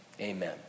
Amen